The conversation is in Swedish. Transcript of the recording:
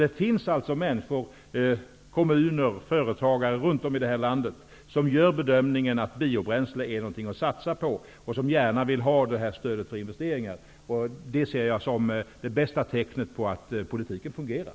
Det finns alltså människor, kommuner och företagare runt om i landet som gör bedömningen att biobränslen är någonting att satsa på och som gärna vill ha detta stöd för sina investeringar. Det ser jag som det bästa tecknet på att politiken fungerar.